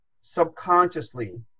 subconsciously